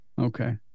okay